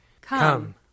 Come